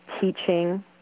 teaching